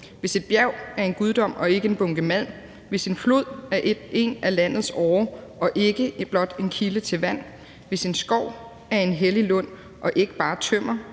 Hvis et bjerg er en guddom og ikke en bunke malm; hvis en flod er en af landets årer og ikke blot en kilde til vand; hvis en skov er en hellig lund og ikke bare tømmer;